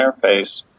interface